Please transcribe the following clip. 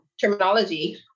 terminology